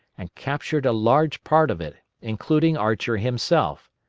and captured a large part of it, including archer himself.